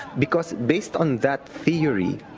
because based on that theory,